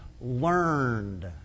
learned